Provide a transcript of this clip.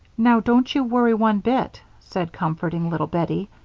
now don't you worry one bit, said comforting little bettie.